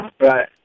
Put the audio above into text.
Right